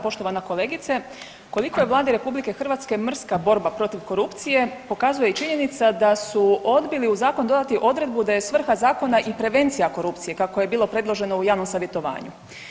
Poštovana kolegice koliko je Vladi RH mrska borba protiv korupcije pokazuje i činjenica da su odbili u zakon dodati odredbu da je svrha zakona i prevencija korupcije kako je bilo predloženo u javnom savjetovanju.